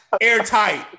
airtight